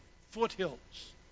foothills